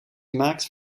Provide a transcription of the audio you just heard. gemaakt